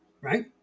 right